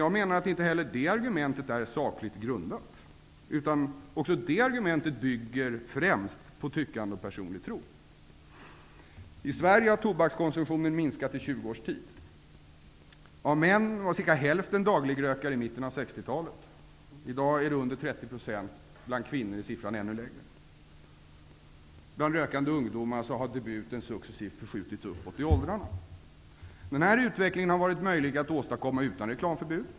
Jag menar att inte heller det argumentet är sakligt grundat. Det bygger främst på tyckande och personlig tro. I Sverige har tobakskonsumtionen minskat i 20 års tid. Av män var cirka hälften dagligrökare i mitten av 1960-talet. I dag är de under 30 %. Bland kvinnor är siffran ännu lägre. Bland rökande ungdomar har debuten successivt förskjutits uppåt i åldrarna. Den här utvecklingen har varit möjlig att åstadkomma utan reklamförbud.